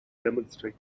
demonstrate